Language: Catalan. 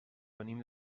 venim